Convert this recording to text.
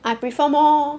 I prefer more